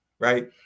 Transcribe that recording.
right